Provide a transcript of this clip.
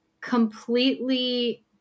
completely